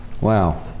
Wow